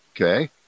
Okay